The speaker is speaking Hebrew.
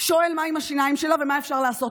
שואל מה עם השיניים שלה ומה אפשר לעשות.